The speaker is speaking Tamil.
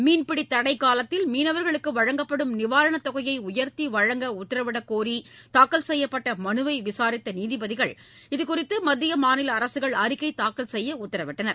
மீன்பிடி தடைக்காலத்தில் மீனவர்களுக்கு வழங்கப்படும் நிவாரணத் தொகையை உயர்த்தி வழங்க உத்தரவிடக்கோரி தாக்கல் செய்யப்பட்ட மலுவை விசாரித்த நீதிபதிகள் இதுகுறித்து மத்திய மாநில அரசுகள் அறிக்கை தாக்கல் செய்ய உத்தரவிட்டனர்